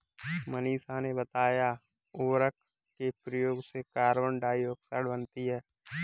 मनीषा ने बताया उर्वरक के प्रयोग से कार्बन डाइऑक्साइड बनती है